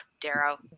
Darrow